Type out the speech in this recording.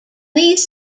these